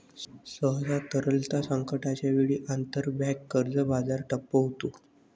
सहसा, तरलता संकटाच्या वेळी, आंतरबँक कर्ज बाजार ठप्प होतो